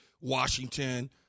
Washington